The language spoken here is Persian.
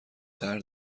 طرح